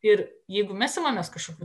ir jeigu mes imamės kažkokių